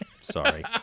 Sorry